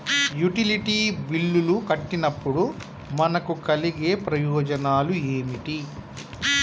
Utility బిల్లులు కట్టినప్పుడు మనకు కలిగే ప్రయోజనాలు ఏమిటి?